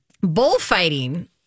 Bullfighting